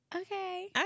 Okay